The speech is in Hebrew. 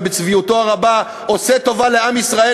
ובצביעותו הרבה עושה טובה לעם ישראל